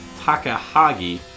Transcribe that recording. Takahagi